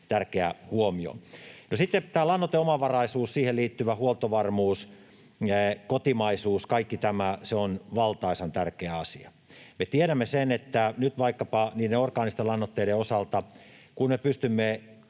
tärkeä huomio. No sitten tämä lannoiteomavaraisuus, siihen liittyvä huoltovarmuus, kotimaisuus, kaikki tämä, on valtaisan tärkeä asia. Me tiedämme nyt vaikkapa niiden orgaanisten lannoitteiden osalta, että kun me pystymme